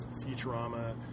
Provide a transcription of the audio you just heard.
Futurama